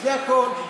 זה הכול.